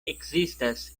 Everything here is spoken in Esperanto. ekzistas